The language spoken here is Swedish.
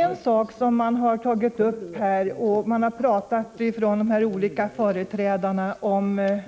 En sak som de olika företrädarna har talat om här är